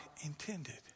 intended